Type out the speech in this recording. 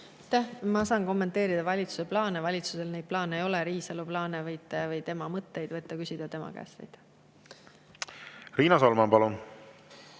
Ma saan kommenteerida valitsuse plaane. Valitsusel neid plaane ei ole. Riisalo plaane või mõtteid võite küsida tema käest. Riina Solman, palun!